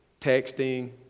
texting